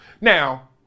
Now